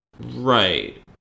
Right